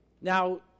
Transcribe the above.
Now